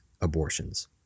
abortions